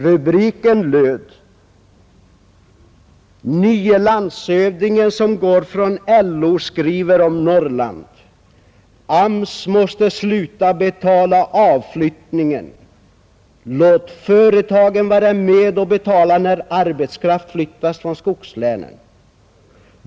Rubriken löd: ”Nye landshövdingen som går från LO skriver om Norrland: AMS måste sluta betala avflyttningen. Låt företagen vara med och betala när arbetskraft flyttas från skogslänen.